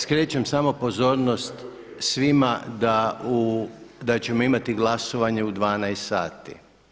Skrećem samo pozornost svima da ćemo imati glasovanje u 12 sati.